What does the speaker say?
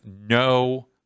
no